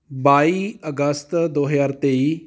ਬਾਈ ਅਗਸਤ ਦੋ ਹਜ਼ਾਰ ਤੇਈ